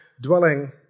dwelling